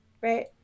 Right